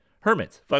Hermits